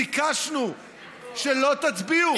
ביקשנו שלא תצביעו.